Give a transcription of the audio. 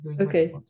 Okay